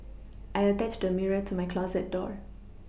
I attached a mirror to my closet door